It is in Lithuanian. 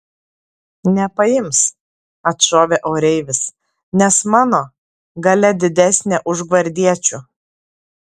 nepaims atšovė oreivis nes mano galia didesnė už gvardiečių